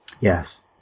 Yes